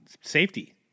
safety